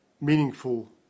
meaningful